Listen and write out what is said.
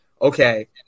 okay